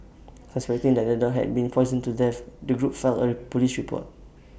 suspecting that the dog had been poisoned to death the group filed A Police report